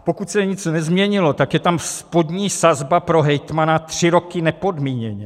Pokud se nic nezměnilo, je tam spodní sazba pro hejtmana tři roky nepodmíněně.